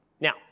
Now